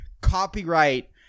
copyright